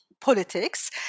politics